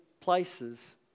places